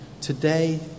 Today